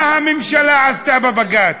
מה הממשלה עשתה בבג"ץ?